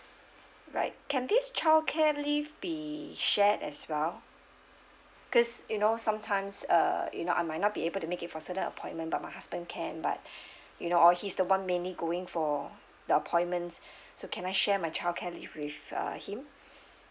right can this childcare leave be shared as well cause you know sometimes uh you know I might not be able to make it for certain appointment but my husband can but you know all he's the [one] mainly going for the appointments so can I share my childcare leave with uh him